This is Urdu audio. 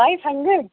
five hundred